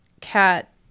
cat